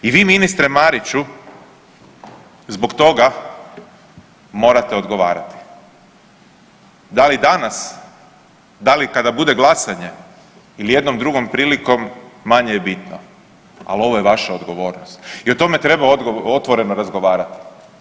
I vi ministre Mariću zbog toga morate odgovarati, da li danas, da li kada bude glasanje ili jednom drugom prilikom manje je bitno, al ovo je vaša odgovornost i o tome treba otvoreno razgovarati.